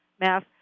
math